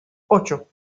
ocho